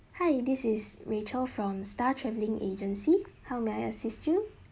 hi this is rachel from star travelling agency how may I assist you